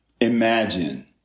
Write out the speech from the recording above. imagine